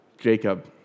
Jacob